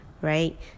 right